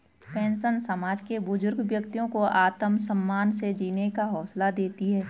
pension समाज के बुजुर्ग व्यक्तियों को आत्मसम्मान से जीने का हौसला देती है